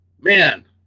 man